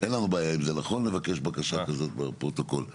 אין לנו בעיה לבקש בקשה כזאת בפרוטוקול?